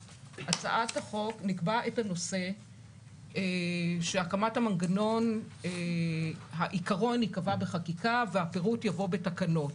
נקבע שעיקרון הקמת המנגנון ייקבע בחקיקה והפרוט יבוא בתקנות.